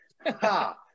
ha